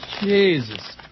Jesus